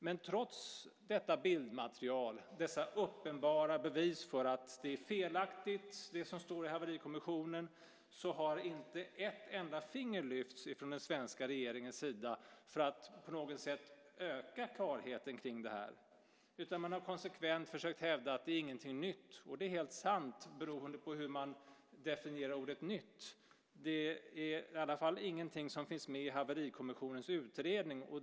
Men trots detta bildmaterial, dessa uppenbara bevis för att det som står i haverikommissionens utredning är felaktigt har inte ett enda finger lyfts från den svenska regeringens sida för att på något sätt öka klarheten kring det här. Man har konsekvent försökt hävda att det inte är något nytt, och det är helt sant, beroende på hur man definierar ordet nytt. Det är i alla fall ingenting som finns med i haverikommissionens utredning.